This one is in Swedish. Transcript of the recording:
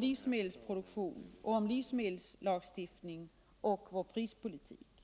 livsmedelsproduktion, livsmedelslagstiftning och prispolitik.